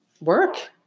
Work